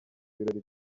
ibirori